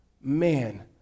Man